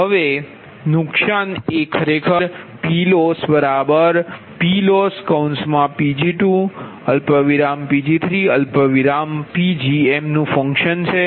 હવે નુકશાન એ ખરેખર PLossPLossPg2Pg3Pgmનુ ફંકશન છે